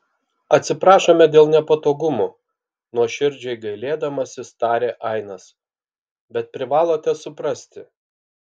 atsiprašome dėl nepatogumų nuoširdžiai gailėdamasis tarė ainas bet privalote suprasti